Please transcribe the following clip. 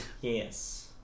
Yes